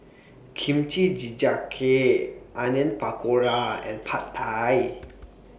Kimchi Jjigae Onion Pakora and Pad Thai